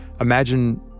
Imagine